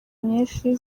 nyinshi